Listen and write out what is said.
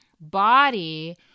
Body